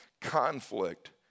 Conflict